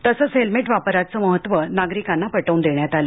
तसंच हेल्मेट वापराचं महत्व नागरिकांना पटव्न देण्यात आलं